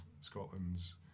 Scotland's